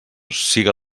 siga